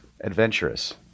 Adventurous